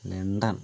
London